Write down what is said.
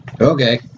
Okay